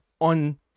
on